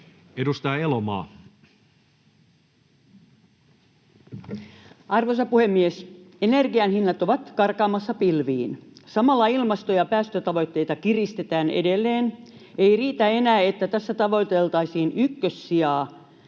Edustaja Elomaa. Arvoisa puhemies! Energian hinnat ovat karkaamassa pilviin. Samalla ilmasto- ja päästötavoitteita kiristetään edelleen. Ei riitä enää, että päästötavoitteissa Suomessa